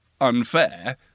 unfair